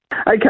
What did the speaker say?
Okay